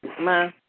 Ma